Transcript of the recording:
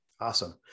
Awesome